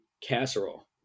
casserole